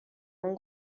اون